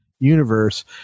universe